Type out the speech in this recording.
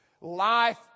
life